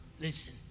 listen